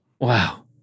Wow